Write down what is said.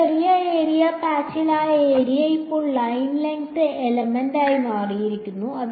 ഒരു ചെറിയ ഏരിയ പാച്ചിൽ ആ ഏരിയ ഇപ്പോൾ ലൈൻ ലെങ്ത് എലമെന്റായി മാറിയിരിക്കുന്നു